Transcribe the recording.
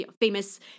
famous